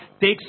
takes